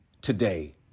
today